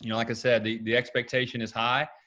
you know like i said, the the expectation is high,